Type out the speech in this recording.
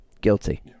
Guilty